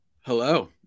hello